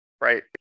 right